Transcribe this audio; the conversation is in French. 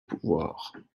pouvoirs